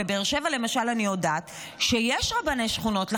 בבאר שבע, למשל, אני יודעת שיש רבני שכונות.